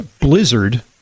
blizzard